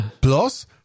Plus